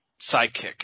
sidekick